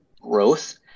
growth